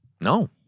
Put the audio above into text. No